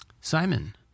Simon